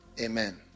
Amen